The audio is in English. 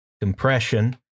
compression